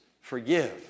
forgive